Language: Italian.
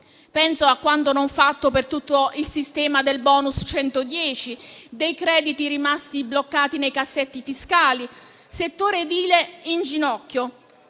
Penso a quanto non fatto per tutto il sistema del *bonus* 110, ai crediti rimasti bloccati nei cassetti fiscali, al settore edile in ginocchio